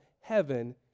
heaven